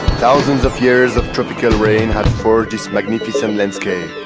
thousands of years of tropical rain had forged this magnificent landscape.